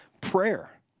prayer